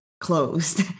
closed